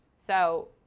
so